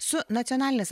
su nacionalinės